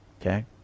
Okay